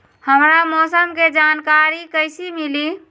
हमरा मौसम के जानकारी कैसी मिली?